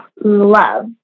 love